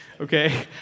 okay